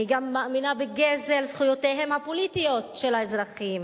היא גם מאמינה בגזל זכויותיהם הפוליטיות של האזרחים.